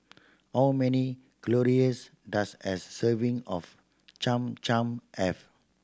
how many calories does a serving of Cham Cham have